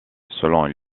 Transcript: selon